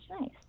nice